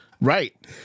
Right